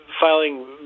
filing